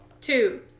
Two